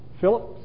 Phillips